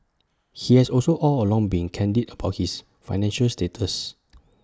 he has also all along been candid about his financial status